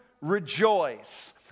rejoice